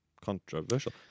Controversial